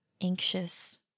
anxious